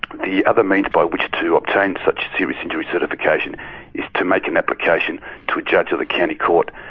the other means by which to obtain such a serious injury certification is to make an application to a judge of the county court.